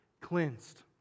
cleansed